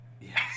Yes